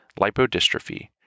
lipodystrophy